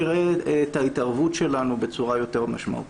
נראה את ההתערבות שלנו בצורה יותר משמעותית.